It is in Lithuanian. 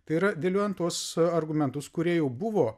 tai yra dėliojant tuos argumentus kurie jau buvo